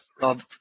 Rob